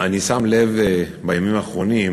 אני שם לב בימים האחרונים